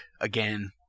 again